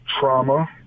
trauma